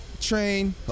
Train